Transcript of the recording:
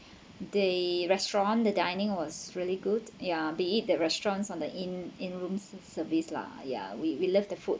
they restaurant the dining was really good ya we eat the restaurants on the in in rooms service lah ya we we love the food